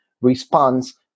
response